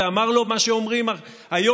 ואמר לו מה שאומרים היום,